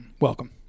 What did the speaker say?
Welcome